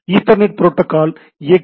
Ethernet protocol X